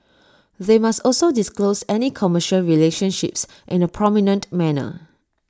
they must also disclose any commercial relationships in A prominent manner